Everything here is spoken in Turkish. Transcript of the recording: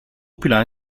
plan